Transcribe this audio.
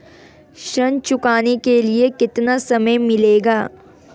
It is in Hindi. ऋण चुकाने के लिए कितना समय मिलेगा?